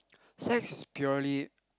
sex is purely